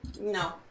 No